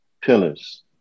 pillars